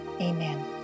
Amen